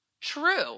true